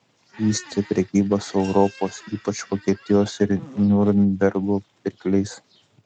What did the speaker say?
vystė prekybą su europos ypač vokietijos ir niurnbergo pirkliais